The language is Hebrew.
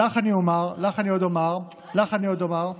לך אני עוד אומר,